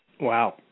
Wow